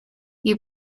you